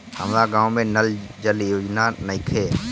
हमारा गाँव मे नल जल योजना नइखे?